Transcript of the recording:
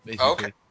Okay